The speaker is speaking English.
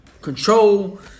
Control